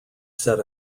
set